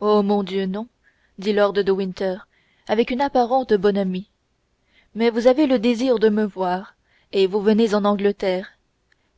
oh mon dieu non dit lord de winter avec une apparente bonhomie vous avez le désir de me voir et vous venez en angleterre